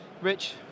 Rich